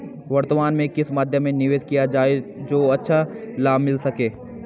वर्तमान में किस मध्य में निवेश किया जाए जो अच्छा लाभ मिल सके?